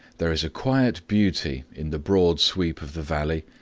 there is a quiet beauty in the broad sweep of the valley,